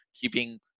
keeping